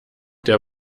der